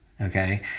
Okay